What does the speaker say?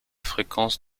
fréquence